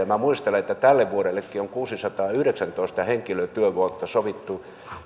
minä muistelen että tällekin vuodelle on kuusisataayhdeksäntoista henkilötyövuotta sovittu